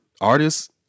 artists